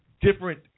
different